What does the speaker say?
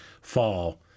fall